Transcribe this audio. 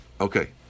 Okay